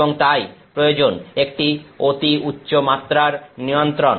এবং তাই প্রয়োজন একটি অতি উচ্চমাত্রার নিয়ন্ত্রণ